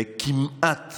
וכמעט